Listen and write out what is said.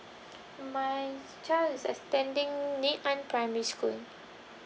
my child is attending ngee ann primary school